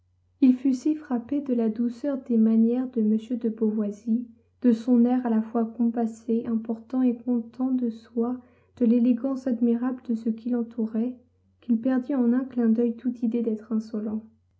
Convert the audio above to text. il fut si frappé de la douceur des manières de m de beauvoisis de son air à la fois compassé important et content de soi de l'élégance admirable de ce qui l'entourait qu'il perdit en un clin d'oeil toute idée d'être insolent